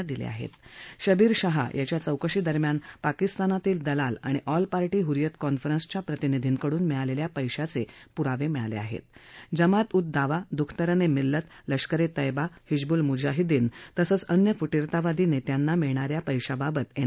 नं दिलआिहर्तशबीर शहा यांच्या चौकशी दरम्यान पाकिस्तानातील दलाल आणि ऑल पार्टी हुरियत कॉन्फरनस च्या प्रतिनिधीकडून भिळालल्खा पैसांचपुरावमिळालआहत जमात उद दावा दुखतरन ए मिल्लत लष्कररियंबा हीजबुल मुझाहिद्वीन तसंच अन्य फुटीरतावादी नखिंना मिळणा या पैशांबाबत एन